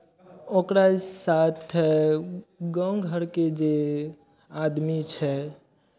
ओकरा साथ गाँव घरके जे आदमी छै